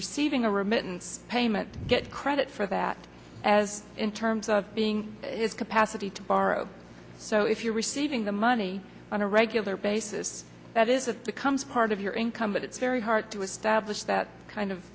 receiving a remittance payment get credit for that as in terms of being capacity to borrow so if you're receiving the money on a regular basis that is a becomes part of your income but it's very hard to establish that kind of